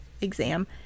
exam